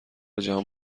جهان